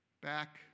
Back